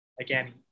Again